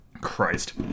Christ